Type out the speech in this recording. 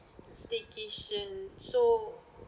staycation so